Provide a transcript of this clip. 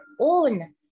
own